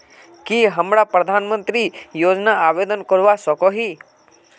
की हमरा प्रधानमंत्री योजना आवेदन करवा सकोही?